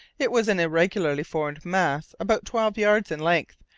it was an irregularly formed mass about twelve yards in length,